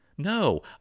No